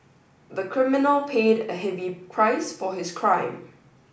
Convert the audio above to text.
the criminal paid a heavy price for his crime